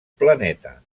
planeta